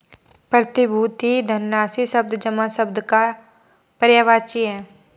प्रतिभूति धनराशि शब्द जमा शब्द का पर्यायवाची है